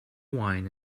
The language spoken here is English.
wine